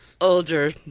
older